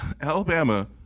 Alabama